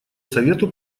совету